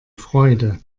freude